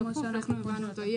כמו שאנחנו הבנו אותו,